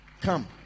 come